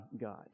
God